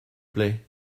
plait